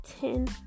ten